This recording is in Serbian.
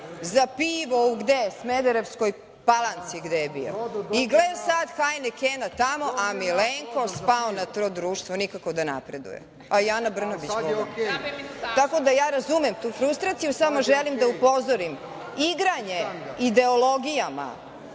za pivo, za gde u Smederevskoj Palanci, gde je bio, e, gle sad Hajne Kena tamo, a Milenko spao na to društvo nikako da napreduje, a i Ana Brnabić. Tako da ja razume tu frustraciju samo želim da upozorim igranje ideologijama